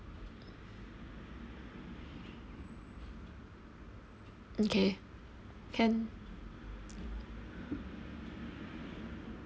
okay can